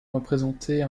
représenter